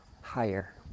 higher